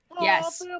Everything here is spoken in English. yes